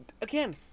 again